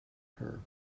her